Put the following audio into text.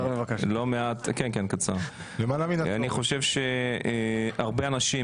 אני חושב שהרבה אנשים,